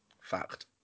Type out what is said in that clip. Fact